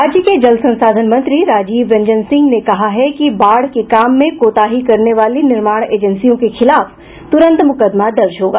राज्य के जल संसाधन मंत्री राजीव रंजन सिंह ने कहा है कि बाढ़ के काम में कोताही करने वाली निर्माण एजेंसियों के खिलाफ तुरंत मुकदमा दर्ज होगा